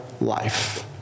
life